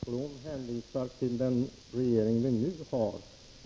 Herr talman! Lennart Blom hänvisar till den regering vi nu har.